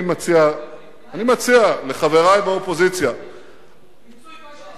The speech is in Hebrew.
אני מציע לחברי באופוזיציה, מיצוי כושר השתכרות.